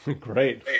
Great